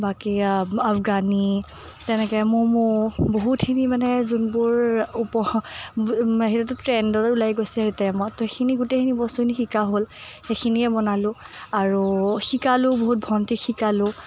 বাকী আফগানী তেনেকে ম'ম' বহুতখিনি মানে যোনবোৰ উপহ ট্ৰেণ্ডতে ওলাই গৈছে সেইখিনি গোটেইখিনি বস্তুখিনি শিকা হ'ল সেইখিনিয়ে বনালো আৰু শিকালোঁ বহুত ভণ্টিক শিকালোঁ